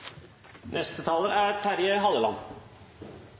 Neste taler er